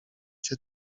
cię